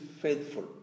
faithful